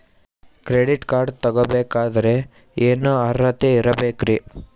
Credit card ತೊಗೋ ಬೇಕಾದರೆ ಏನು ಅರ್ಹತೆ ಇರಬೇಕ್ರಿ?